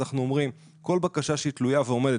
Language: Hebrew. אנחנו אומרים שכל בקשה שהיא תלויה ועומדת,